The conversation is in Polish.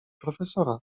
profesora